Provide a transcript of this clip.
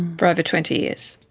for over twenty years.